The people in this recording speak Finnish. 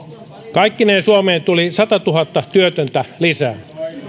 kaikkineen suomeen tuli satatuhatta työtöntä lisää